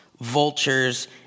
vultures